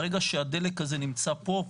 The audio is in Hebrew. ברגע שהדלק הזה נמצא פה,